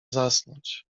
zasnąć